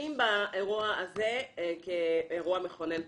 מתמקדים באירוע הזה כאירוע מכונן פתאום.